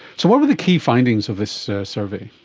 so what were the key findings of this survey?